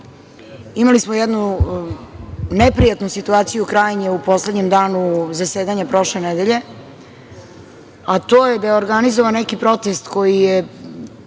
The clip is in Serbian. Imali smo jednu neprijatnu situaciju krajnje u poslednjem danu zasedanja prošle nedelje, a to je da je organizovan neki protest koji je,